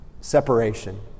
separation